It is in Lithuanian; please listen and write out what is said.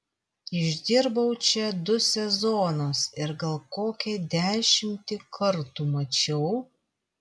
išdirbau čia du sezonus ir gal kokią dešimtį kartų mačiau